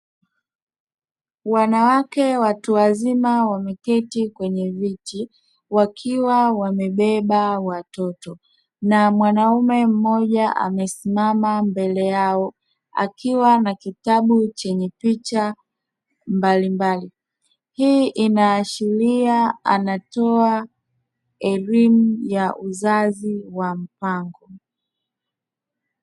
Wanawake watu wazima wameketi kwenye viti wakiwa wamebeba watoto na mwanaume mmoja amesimama mbele yao akiwa na kitabu chenye picha mbalimbali, hii inaashiria anatoa elimu ya uzazi wa mpango.